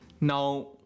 Now